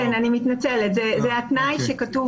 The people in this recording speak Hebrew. זה התנאי שכתוב